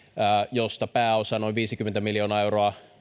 mistä pääosa noin viisikymmentä miljoonaa euroa